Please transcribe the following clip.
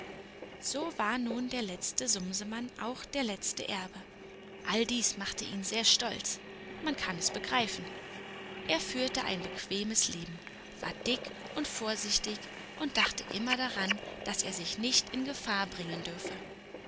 so war nun der letzte sumsemann auch der letzte erbe all dies machte ihn sehr stolz man kann es begreifen er führte ein bequemes leben war dick und vorsichtig und dachte immer daran daß er sich nicht in gefahr bringen dürfe